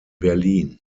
berlin